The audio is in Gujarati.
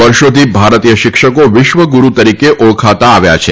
વર્ષોથી ભારતીય શિક્ષકો વિશ્વગુરુ તરીકે ઓળખાતા આવ્યા છે